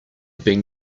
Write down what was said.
been